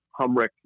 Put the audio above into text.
humrick